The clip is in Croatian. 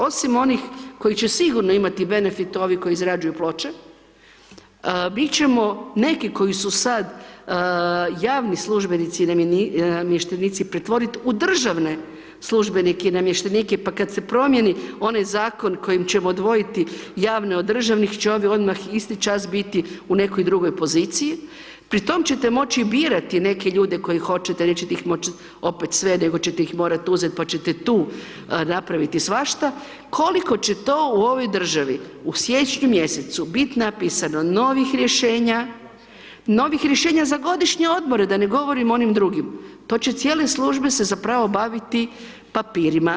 Osim onih koji će sigurno imati benefit, ovi koji izrađuju ploče, mi ćemo neki koji su sad javni službenici i namještenici, pretvoriti u državne službenike i namještenike pa kad se promijeni onaj zakon kojim ćemo odvojiti javne od državnih će ovi odmah isti čas biti u nekoj drugoj poziciji, pri tom ćete moći birati neke ljude koji hoće jer nećete ih moći opet sve nego ćete ih morat uzet pa ćete tu napraviti svašta, koliko će to u ovoj državi, u slijedećem mjesecu bit napisano novih rješenja, novih rješenja za godišnje odmore da ne govorim o onim drugim, to će cijele službe se zapravo baviti papirima.